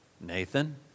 Nathan